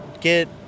get